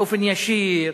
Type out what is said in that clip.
באופן ישיר?